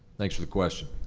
thanks for the question.